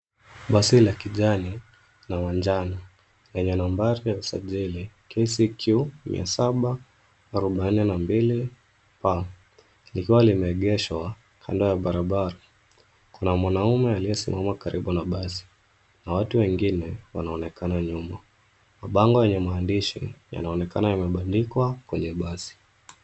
Basi la kijani na manjano lenye nambari ya usajili KCQ 742P likiwa limeegeshwa kando ya barabara. Kuna mwanaume aliyesimama karibu na basi na watu wengine wanaonekana nyuma. Mabango yenye maandishi yanaonekana yamebandikwa kwenye basi.